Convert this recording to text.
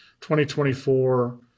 2024